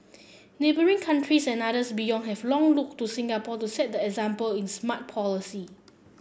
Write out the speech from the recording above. neighbouring countries and others beyond have long looked to Singapore to set the example in smart policy